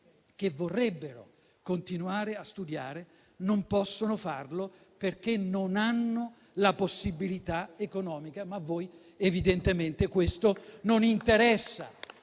che vorrebbero continuare a studiare non possono farlo perché non hanno la possibilità economica, ma a voi evidentemente questo non interessa